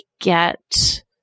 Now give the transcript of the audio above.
get